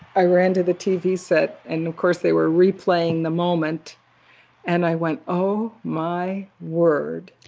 i ran to the tv set and of course they were replaying the moment and i went, oh my word.